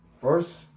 first